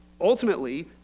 ultimately